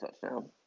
touchdown